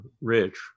Rich